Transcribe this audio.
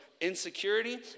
insecurity